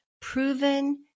proven